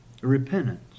Repentance